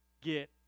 get